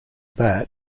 that